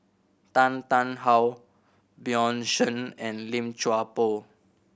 Tan Tarn How Bjorn Shen and Lim Chuan Poh